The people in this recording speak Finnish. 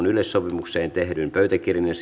yleissopimukseen tehdystä pöytäkirjasta ja